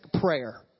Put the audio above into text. prayer